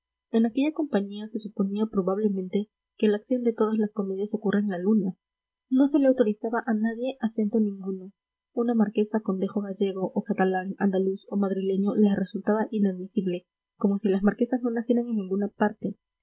en aquella compañía se suponía probablemente que la acción de todas las comedias ocurre en la luna no se le autorizaba a nadie acento ninguno una marquesa con dejo gallego o catalán andaluz o madrileño les resultaba inadmisible como si las marquesas no nacieran en ninguna parte